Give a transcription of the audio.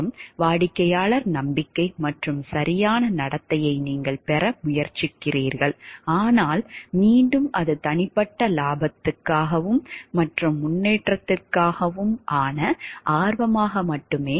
மற்றும் வாடிக்கையாளர் நம்பிக்கை மற்றும் சரியான நடத்தையை நீங்கள் பெற முயற்சிக்கிறீர்கள் ஆனால் மீண்டும் அது தனிப்பட்ட லாபத்திற்காகவும் மற்றும் முன்னேற்றத்திற்கான ஆர்வம் மட்டுமே